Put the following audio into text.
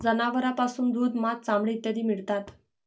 जनावरांपासून दूध, मांस, चामडे इत्यादी मिळतात